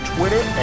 Twitter